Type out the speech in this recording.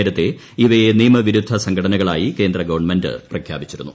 നേരത്തെ ഇവയെ നിയമവിരുദ്ധ സംഘടനകളായി കേന്ദ്രഗവൺമെന്റ് പ്രഖ്യാപിച്ചിരുന്നു